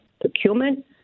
procurement